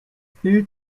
bild